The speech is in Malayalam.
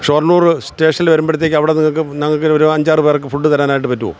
ഷൊർണൂർ സ്റ്റേഷനിൽ വരുമ്പോഴത്തേക്ക് അവിടുന്ന് ഞങ്ങൾക്ക് ഞങ്ങൾക്ക് ഒരു അഞ്ചാറ് പേർക്ക് ഫുഡ് തരാനായിട്ട് പറ്റുമോ